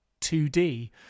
2d